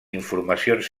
informacions